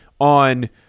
on